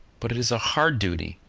but it is a hard duty,